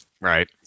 right